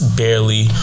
barely